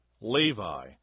Levi